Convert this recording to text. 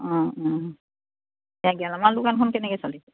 এতিয়া গেলামাল দোকানখন কেনেকে চলিছে